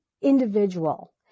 individual